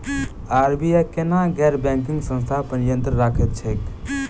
RBI केना गैर banking संस्था पर नियत्रंण राखैत छैक?